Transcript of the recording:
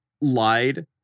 lied